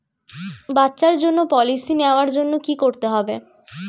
বাচ্চার জন্য পলিসি নেওয়ার জন্য কি করতে হবে?